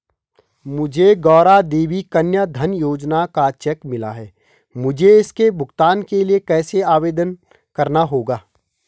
मुझे गौरा देवी कन्या धन योजना का चेक मिला है मुझे इसके भुगतान के लिए कैसे आवेदन करना होगा?